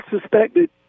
suspected